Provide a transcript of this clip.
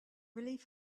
relief